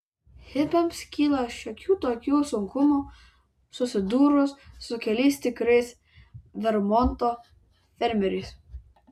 hipiams kyla šiokių tokių sunkumų susidūrus su keliais tikrais vermonto fermeriais